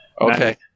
Okay